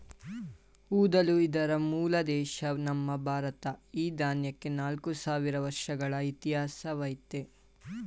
ಊದಲು ಇದರ ಮೂಲ ದೇಶ ನಮ್ಮ ಭಾರತ ಈ ದಾನ್ಯಕ್ಕೆ ನಾಲ್ಕು ಸಾವಿರ ವರ್ಷಗಳ ಇತಿಹಾಸವಯ್ತೆ